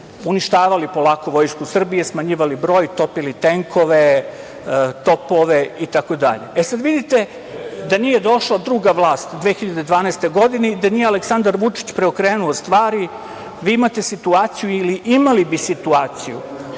uništavali polako Vojsku Srbije, smanjivali broj, topili tenkove, topove itd.E, sada, vidite, da nije došla druga vlast 2012. godine i da nije Aleksandar Vučić preokrenuo stvari, vi imate situaciju ili imali bi situaciju